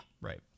right